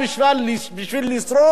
בשביל לשרוד,